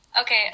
Okay